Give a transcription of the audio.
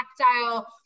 tactile